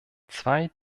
zwei